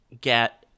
get